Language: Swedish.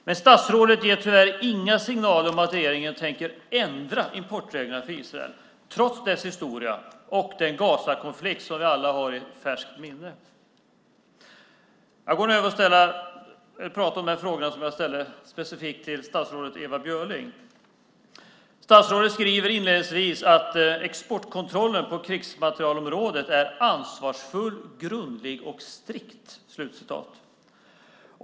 Men statsrådet ger tyvärr inga signaler om att regeringen tänker ändra importreglerna för Israel trots landets historia och den Gazakonflikt som vi alla har i färskt minne. Jag går nu över till att prata om den fråga som jag ställde specifikt till statsrådet Ewa Björling. Statsrådet skriver inledningsvis att exportkontrollen på krigsmaterielområdet är "ansvarsfull, grundlig och strikt".